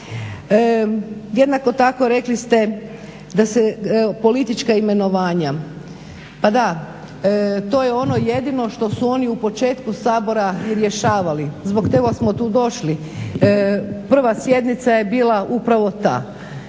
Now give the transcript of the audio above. Jednako tako rekli ste da se politička imenovanja, pa da, to je ono jedino što su oni u početku Sabora i rješavali. Zbog toga smo tu došli. Prva sjednica je bila upravo ta.